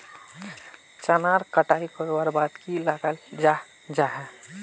चनार कटाई करवार बाद की लगा जाहा जाहा?